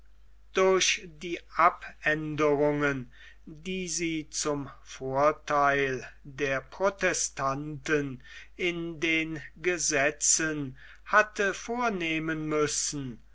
durch die abänderungen die sie zum vortheil der protestanten in den gesetzen hatte vornehmen müssen